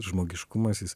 žmogiškumas jis